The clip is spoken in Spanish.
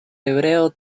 hebreo